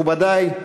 מכובדי,